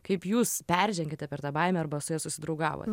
kaip jūs peržengiate per tą baimę arba su ja susidraugavot